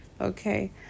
Okay